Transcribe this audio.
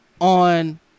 on